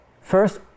First